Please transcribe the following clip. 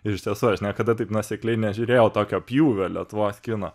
ir iš tiesų aš niekada taip nuosekliai nežiūrėjau tokio pjūvio lietuvos kino